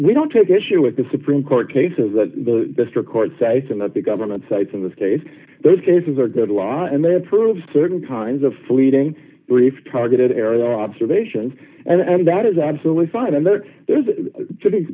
we don't take issue with the supreme court cases that the district court cites and that the government sides in this case those cases are good law and they approve of certain kinds of fleeting brief targeted air observations and that is absolutely fine and there are two things